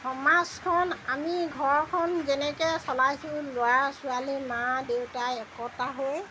সমাজখন আমি ঘৰখন যেনেকৈ চলাইছোঁ ল'ৰা ছোৱালী মা দেউতাই একতা হৈ